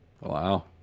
Wow